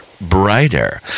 Brighter